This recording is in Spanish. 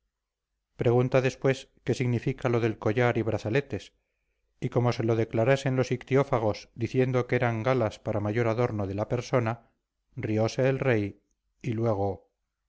pregunta después qué significa lo del collar y brazaletes y como se lo declarasen los ictiófagos diciendo que eran galas para mayor adorno de la persona rióse el rey y luego